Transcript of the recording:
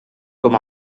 com